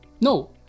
No